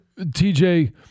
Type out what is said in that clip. TJ